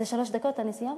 זה שלוש דקות, אני סיימתי?